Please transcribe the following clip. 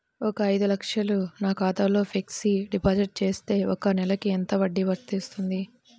ఒక ఐదు లక్షలు నా ఖాతాలో ఫ్లెక్సీ డిపాజిట్ చేస్తే ఒక నెలకి ఎంత వడ్డీ వర్తిస్తుంది?